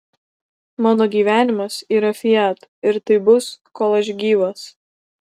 mano gyvenimas yra fiat ir taip bus kol aš gyvas